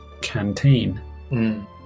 canteen